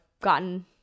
gotten